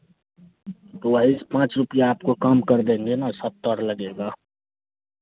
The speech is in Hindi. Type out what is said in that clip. तो वही से पाँच रुपैया आपको कम कर देंगे ना सत्तर लगेगा